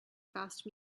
fast